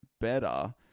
better